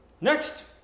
next